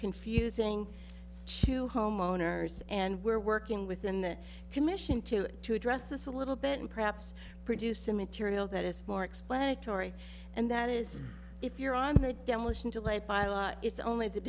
confusing tew homeowners and we're working within the commission to to address this a little bit and perhaps produce a material that it's more explanatory and that is if you're on a demolition delayed by law it's only th